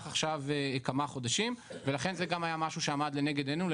עכשיו כמה חודשים ולכן זה גם היה משהו שעמד לנגד עינינו,